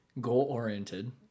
goal-oriented